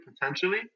potentially